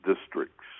districts